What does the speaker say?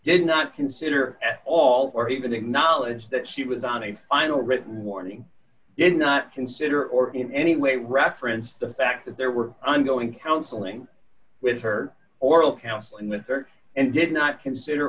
did not consider at all or even acknowledged that she was on a final written warning did not consider or in any way referenced the fact that there were ongoing counseling with her oral counseling with her and did not consider